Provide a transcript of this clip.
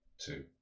two